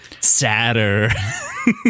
Sadder